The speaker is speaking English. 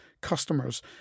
customers